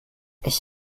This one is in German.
ich